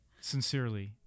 Sincerely